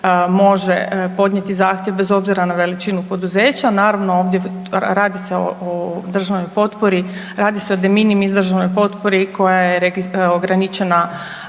može podnijeti zahtjev bez obzira na veličinu poduzeća. Naravno radi se o državnoj potpori, radi se o de minimis izraženoj potpori koja je ograničena